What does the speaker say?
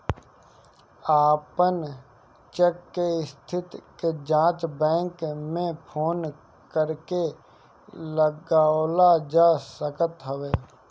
अपन चेक के स्थिति के जाँच बैंक में फोन करके लगावल जा सकत हवे